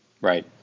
Right